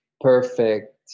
perfect